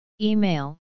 Email